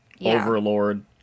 overlord